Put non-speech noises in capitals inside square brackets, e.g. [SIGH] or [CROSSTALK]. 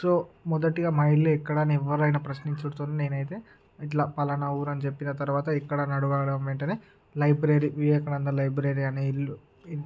so మొదటిగా మా ఇల్లు ఎక్కడ అని ఎవ్వరైనా ప్రశించడంతోనే నేనైతే ఇట్లా పలానా ఊరు అని చెప్పిన తర్వాత ఎక్కడ [UNINTELLIGIBLE] వెంటనే లైబ్రరీ వివేకానంద లైబ్రరీ అనే ఇల్లు